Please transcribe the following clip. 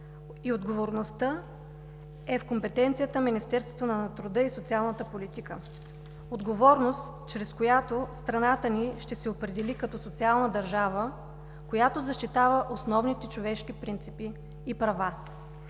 и отговорността е в компетенцията Министерството на труда и социалната политика. Отговорност, чрез която страната ни ще се определи като социална държава, която защитава основните човешки принципи и права.